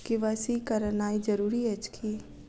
KYC करानाइ जरूरी अछि की?